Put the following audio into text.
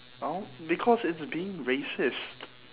well because it's being racist